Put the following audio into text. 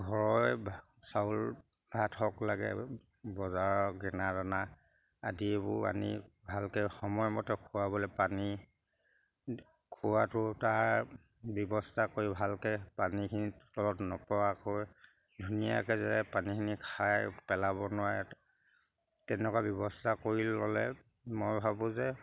ঘৰৰে চাউল ভাত হওক লাগে বজাৰৰ গেনা দানা আদিবোৰ আনি ভালকে সময়মতে খুৱাবলে পানী খোৱাটো তাৰ ব্যৱস্থা কৰি ভালকে পানীখিনি তলত নপৰাকৈ ধুনীয়াকে যে পানীখিনি খাই পেলাব নোৱাৰে তেনেকুৱা ব্যৱস্থা কৰি ল'লে মই ভাবোঁ যে